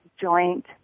joint